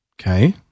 okay